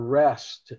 rest